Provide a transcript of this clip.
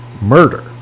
murder